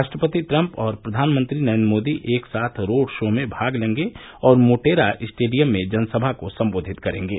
राष्ट्रपति ट्रंप और प्रधानमंत्री नरेन्द्र मोदी एक साथ रोड शो में भाग लेंगे और मोटेरा स्टेडियम में जनसभा को संबोधित करेंगे